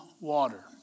water